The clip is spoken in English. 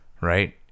Right